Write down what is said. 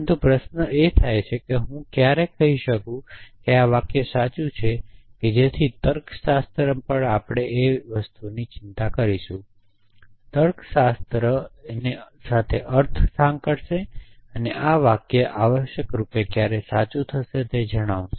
પરંતુ પ્રશ્ન એ ઉભો થાય છે કે હું ક્યારે કહી શકું છું કે આ વાક્ય સાચું છે તેથી તર્કશાસ્ત્ર પણ આપણે ચિંતા કરીશું કે અર્થશાસ્ત્ર સાંકળશે કે આ વાક્ય આવશ્યક રૂપે ક્યારે સાચું છે